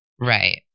Right